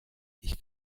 ich